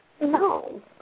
No